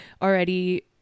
already